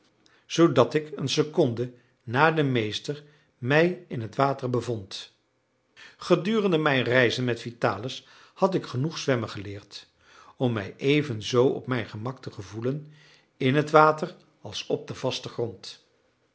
zoodat ik een seconde na den meester mij in het water bevond gedurende mijn reizen met vitalis had ik genoeg zwemmen geleerd om mij even zoo op mijn gemak te gevoelen in het water als op den vasten grond